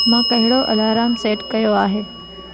मां कहिड़ो alarm set कयो आहे